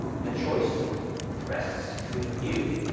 and the choice rests with you,